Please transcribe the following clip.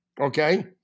Okay